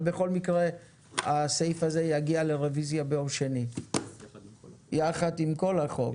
אבל בכל מקרה הסעיף הזה יגיע לרביזיה ביום שני יחד עם כל החוק.